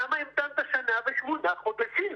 למה המתנת שנה ושמונה חודשים?